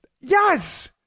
Yes